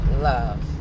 love